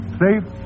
safe